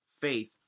Faith